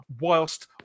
whilst